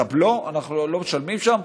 את הבלו אנחנו לא משלמים שם.